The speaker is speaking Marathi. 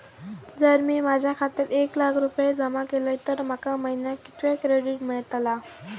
जर मी माझ्या खात्यात एक लाख रुपये जमा केलय तर माका महिन्याक कितक्या क्रेडिट मेलतला?